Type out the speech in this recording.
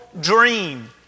dream